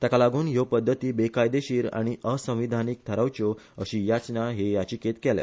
ताका लागून हयो पध्दती बेकायदेशीर आनीक असंविधानीक थारावच्यो अशी याचना हे याचिकेत केल्या